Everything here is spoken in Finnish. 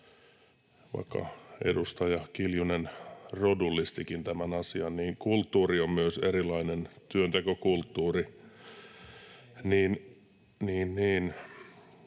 vaikka edustaja Kiljunen rodullistikin tämän asian, niin kulttuuri on myös erilainen, työntekokulttuuri